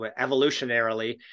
Evolutionarily